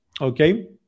okay